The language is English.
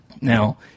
Now